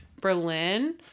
Berlin